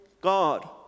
God